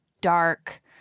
dark